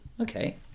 okay